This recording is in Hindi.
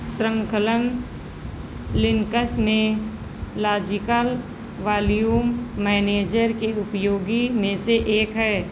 शृंखलन लिन्कस में लॉजिकल वॉल्यूम मैनेजर के उपयोग में से एक है